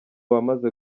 bamaze